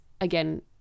again